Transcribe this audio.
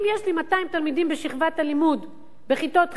אם יש לי 200 תלמידים בשכבת הלימוד בכיתות ח'